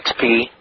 XP